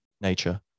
nature